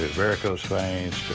varicose veins.